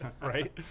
Right